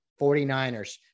49ers